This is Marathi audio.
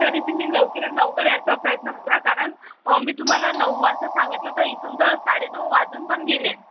तरी तुम्ही लवकरात लवकर यायचा प्रयत्न करा कारण मी तुम्हाला नऊ वाजता सांगितलं होतं इथून तर साडे नऊ वाजून पण गेले